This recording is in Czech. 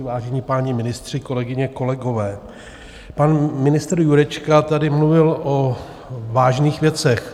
Vážení páni ministři, kolegyně, kolegové, pan ministr Jurečka tady mluvil o vážných věcech.